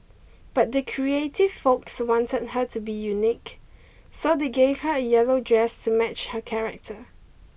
but the creative folks wanted her to be unique so they gave her a yellow dress to match her character